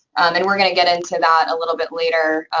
and we're gonna get into that a little bit later,